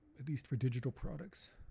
at least for digital products.